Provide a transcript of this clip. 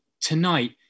tonight